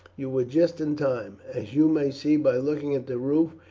you were just in time, as you may see by looking at the roof.